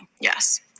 Yes